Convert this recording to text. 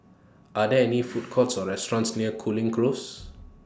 Are There any Food Courts Or restaurants near Cooling Close